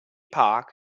park